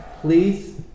please